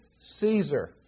Caesar